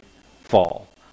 fall